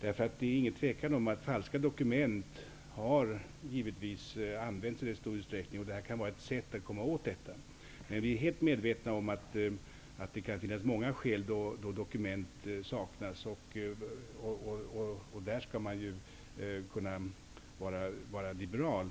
et är ingen tvekan om att falska dokument har använts i rätt stor utsträckning. Detta kan vara ett sätt att komma åt det. Men vi är helt medvetna om att det kan finnas många godtagbara skäl till att dokument saknas, och då skall man kunna vara liberal.